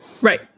Right